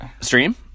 Stream